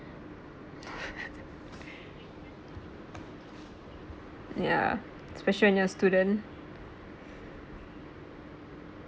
ya especially when you're a student